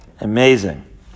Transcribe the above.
Amazing